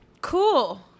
Cool